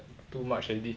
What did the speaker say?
too much already